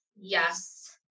yes